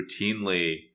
routinely